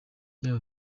byaba